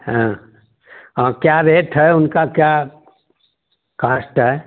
हाँ हाँ क्या रेट है उनका क्या कॉस्ट है